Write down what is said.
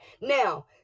Now